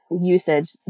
usage